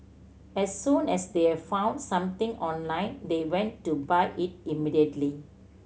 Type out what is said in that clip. as soon as they have found something online they went to buy it immediately